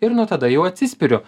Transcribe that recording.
ir nuo tada jau atsispiriu